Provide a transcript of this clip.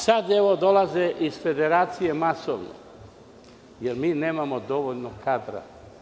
Sada dolaze i iz Federacije masovno, jer nemamo dovoljno kadra.